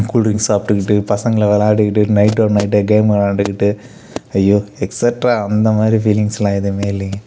cool drinks சாப்பிட்டுக்கிட்டு பசங்களோட விளயாடிக்கிட்டு நைட்டோட நைட்டாக கேமு விளயாண்டுக்கிட்டு ஐயோ எக்ஸ்ட்ரா அந்தமாதிரி ஃபீலிங்ஸ்லாம் எதுவுமே இல்லைங்க